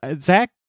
Zach